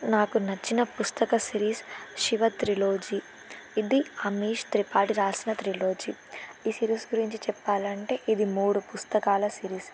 నాకు నచ్చిన పుస్తక సిరీస్ శివ ట్రైలజీ ఇది అమేష్ త్రిపాటి వ్రాసిన ట్రైలజీ ఈ సిరీస్ గురించి చెప్పాలి అంటే ఇది మూడు పుస్తకాల సిరీస్